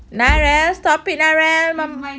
narelle stop it narelle mam~